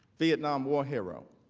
vietnam war hero